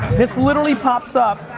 this literally pops up